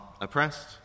oppressed